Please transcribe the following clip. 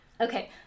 Okay